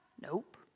Nope